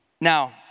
Now